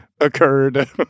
occurred